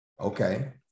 okay